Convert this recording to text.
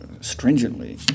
stringently